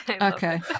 Okay